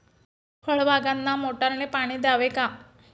फळबागांना मोटारने पाणी द्यावे का?